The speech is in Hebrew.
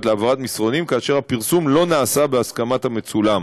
להעברת מסרונים כאשר הפרסום לא נעשה בהסכמת המצולם.